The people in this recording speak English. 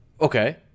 Okay